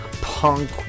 punk